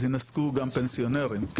אז יינזקו גם פנסיונרים,